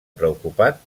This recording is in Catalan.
preocupat